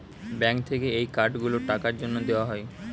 bank থেকে এই card গুলো টাকার জন্যে দেওয়া হয়